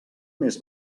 més